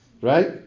right